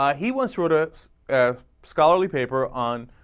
um he once wrote us ah scholarly paper on